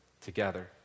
together